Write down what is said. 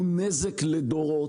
הוא נזק לדורות.